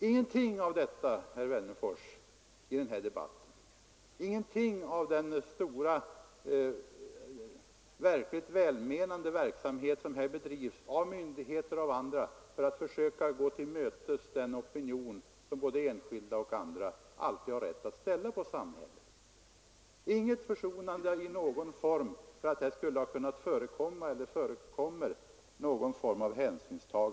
Ingenting av detta har framkommit i den här debatten, ingenting av den stora verkligt välmenande verksamhet som bedrivs på detta område av myndigheter och andra för att försöka gå till mötes den opinion och de krav som både enskilda och andra alltid har rätt att ställa på samhället. Herr Wennerfors ser inget försonande i den tanken att det skulle ha kunnat förekomma eller förekommer någon form av hänsynstagande.